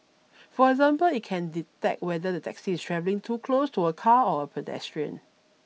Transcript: for example it can detect whether the taxi is travelling too close to a car or a pedestrian